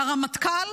לרמטכ"ל